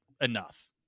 enough